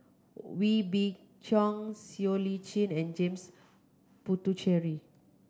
Wee Beng Chong Siow Lee Chin and James Puthucheary